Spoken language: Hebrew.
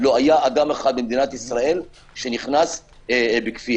לא היה אדם אחד במדינת ישראל שנכנס בכפייה.